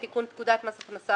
תיקון פקודת מס הכנסה,